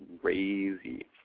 crazy